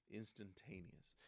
instantaneous